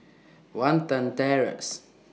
Watten Terrace